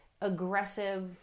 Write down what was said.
aggressive